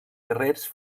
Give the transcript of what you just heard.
guerrers